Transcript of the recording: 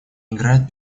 играет